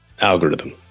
algorithm